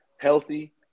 healthy